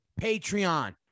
Patreon